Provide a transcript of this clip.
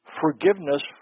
forgiveness